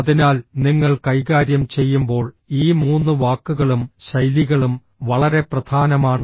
അതിനാൽ നിങ്ങൾ കൈകാര്യം ചെയ്യുമ്പോൾ ഈ മൂന്ന് വാക്കുകളും ശൈലികളും വളരെ പ്രധാനമാണ്